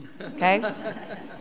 okay